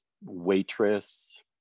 waitress